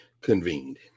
convened